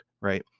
right